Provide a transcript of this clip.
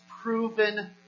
proven